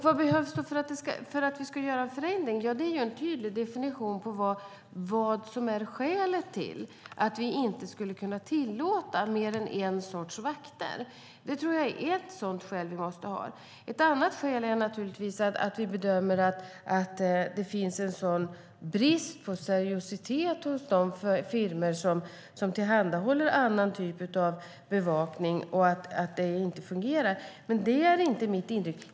Vad behövs då för att vi ska göra en förändring? Ja, det är ju en tydlig definition av vad som är skälet till att vi inte skulle kunna tillåta mer än en sorts vakter. Det tror jag är ett sådant skäl som vi måste ha. Ett annat skäl är naturligtvis att vi bedömer att det finns en sådan brist på seriositet hos de firmor som tillhandahåller annan typ av bevakning att det inte fungerar. Men det är inte mitt intryck.